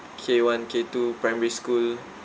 K one K two primary school